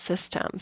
system